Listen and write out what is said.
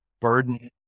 burden